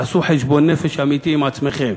עשו חשבון נפש אמיתי עם עצמכם.